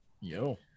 Yo